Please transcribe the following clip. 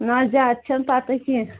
نہ حظ زیادٕ چھنہِ پتہ کینہہ